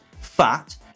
fat